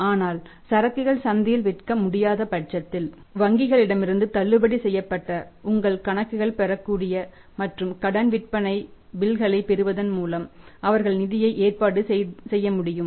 ஆனால் சரக்குகள் சந்தையில் விற்க முடியாத பட்சத்தில் வங்கிகளிடமிருந்து தள்ளுபடி செய்யப்பட்ட உங்கள் கணக்குகள் பெறக்கூடிய மற்றும் கடன் விற்பனை பில்களைப் பெறுவதன் மூலம் அவர்கள் நிதியை ஏற்பாடு செய்யமுடியும்